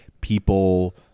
people